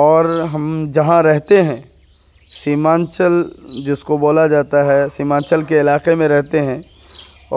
اور ہم جہاں رہتے ہیں سیمانچل جس کو بولا جاتا ہے سیمانچل کے علاقے میں رہتے ہیں